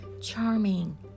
Charming